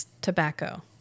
tobacco